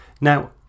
Now